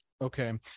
Okay